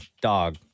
dog